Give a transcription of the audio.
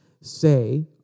say